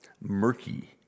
murky